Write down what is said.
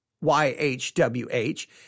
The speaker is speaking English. Y-H-W-H